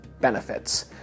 benefits